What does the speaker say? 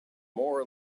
more